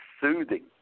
soothing